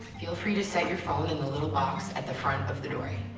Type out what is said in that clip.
feel free to set your phone in the little box at the front of the dory.